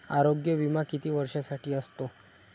आरोग्य विमा किती वर्षांसाठी असतो?